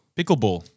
Pickleball